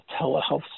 telehealth